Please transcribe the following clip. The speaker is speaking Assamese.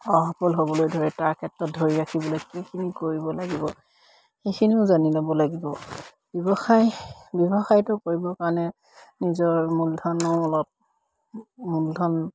অসফল হ'বলৈ ধৰে তাৰ ক্ষেত্ৰত ধৰি ৰাখিবলে কিখিনি কৰিব লাগিব সেইখিনিও জানি ল'ব লাগিব ব্যৱসায় ব্যৱসায়টো কৰিবৰ কাৰণে নিজৰ মূলধনৰ মূলধন